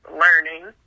learning